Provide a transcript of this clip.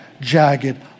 jagged